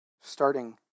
starting